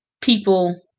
people